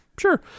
Sure